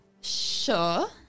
Sure